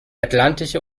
atlantische